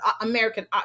american